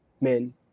men